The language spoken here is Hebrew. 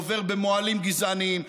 עובר במוהלים גזעניים,